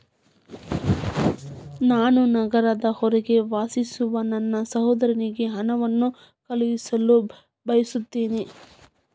ನಾನು ನಗರದ ಹೊರಗೆ ವಾಸಿಸುವ ನನ್ನ ಸಹೋದರನಿಗೆ ಹಣವನ್ನು ಕಳುಹಿಸಲು ಬಯಸುತ್ತೇನೆ